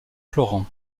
florent